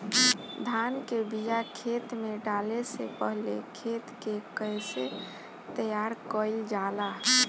धान के बिया खेत में डाले से पहले खेत के कइसे तैयार कइल जाला?